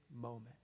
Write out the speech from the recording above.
moment